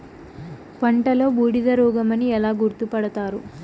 పంటలో బూడిద రోగమని ఎలా గుర్తుపడతారు?